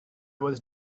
was